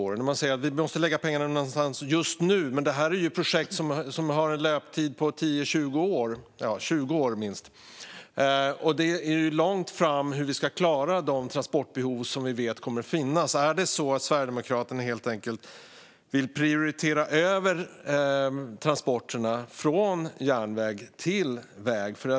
Sverigedemokraterna säger att pengarna måste läggas någon annanstans just nu, men detta är ju projekt som har en löptid på minst 20 år. Hur vi ska klara de transportbehov som vi vet kommer att finnas ligger ju långt fram. Är det så att Sverigedemokraterna helt enkelt vill prioritera över transporterna från järnväg till väg?